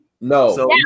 No